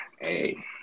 Hey